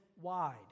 wide